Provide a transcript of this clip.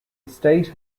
estate